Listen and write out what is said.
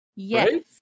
Yes